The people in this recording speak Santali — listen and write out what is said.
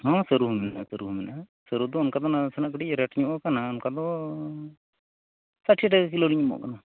ᱦᱮᱸ ᱥᱟᱹᱨᱩᱦᱚᱸ ᱢᱮᱱᱟᱜᱼᱟ ᱥᱟᱹᱨᱩᱦᱚᱸ ᱢᱮᱱᱟᱜᱼᱟ ᱥᱟᱹᱨᱩᱫᱚ ᱚᱱᱠᱟᱫᱚ ᱱᱟᱥᱮᱱᱟᱜ ᱠᱟᱹᱴᱤᱡ ᱨᱮ ᱴ ᱧᱚᱜ ᱟᱠᱟᱱᱟ ᱚᱱᱠᱟᱫᱚ ᱴᱟᱠᱟ ᱠᱤᱞᱳᱞᱤᱧ ᱮᱢᱚᱜ ᱠᱟᱱᱟ